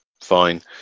Fine